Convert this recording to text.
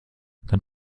dann